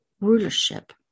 rulership